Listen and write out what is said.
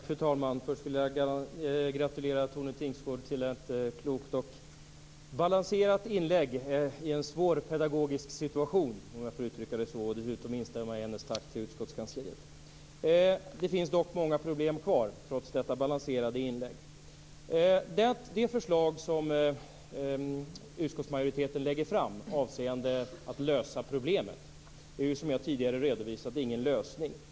Fru talman! Först vill jag gratulera Tone Tingsgård till ett klokt och balanserat inlägg i en svår pedagogisk situation, om jag får uttrycka det så, och dessutom instämma i hennes tack till utskottskansliet. Det finns dock många problem kvar, trots detta balanserade inlägg. Det förslag som utskottsmajoriteten ligger fram för att lösa problemet är, som jag tidigare redovisat, ingen lösning.